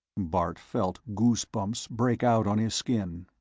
bart felt goosebumps break out on his skin.